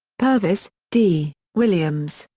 purves, d, williams,